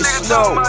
snow